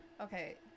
okay